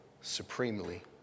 supremely